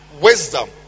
wisdom